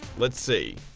let's see.